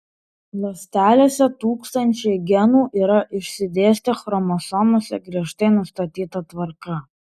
ląstelėse tūkstančiai genų yra išsidėstę chromosomose griežtai nustatyta tvarka